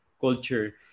culture